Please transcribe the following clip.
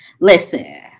listen